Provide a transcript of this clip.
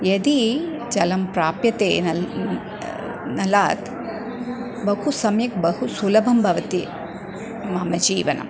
यदि जलं प्राप्यते नल् नलात् बहु सम्यक् बहु सुलभं भवति मम जीवनम्